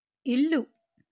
ఇల్లు